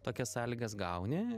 tokias sąlygas gauni